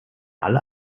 alle